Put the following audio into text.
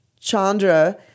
Chandra